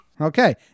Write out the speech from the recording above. okay